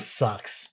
sucks